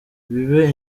bibe